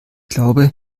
glaube